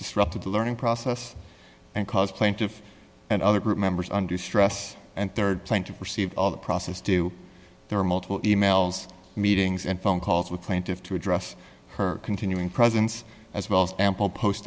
disrupted the learning process and caused plaintiff and other group members under stress and rd plane to receive all the process due there are multiple emails meetings and phone calls with plaintive to address her continuing presence as well as ample post